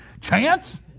Chance